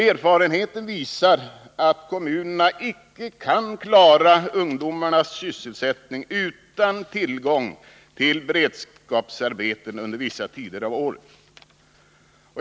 Erfarenheten visar att kommunerna icke kan klara ungdomarnas sysselsättning utan tillgång till beredskapsarbeten under vissa tider av året.